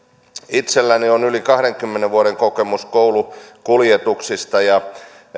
itselläni on yli kahdenkymmenen vuoden kokemus koulukuljetuksista